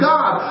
God